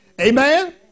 Amen